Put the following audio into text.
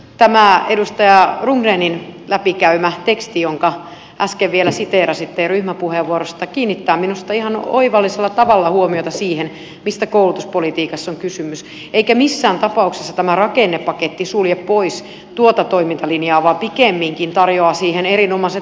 tämä edustaja rundgrenin läpikäymä teksti jonka äsken vielä siteerasitte teidän ryhmäpuheenvuorostanne kiinnittää minusta ihan oivallisella tavalla huomiota siihen mistä koulutuspolitiikassa on kysymys eikä missään tapauksessa tämä rakennepaketti sulje pois tuota toimintalinjaa vaan pikemminkin tarjoaa siihen erinomaiset mahdollisuudet